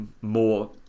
more –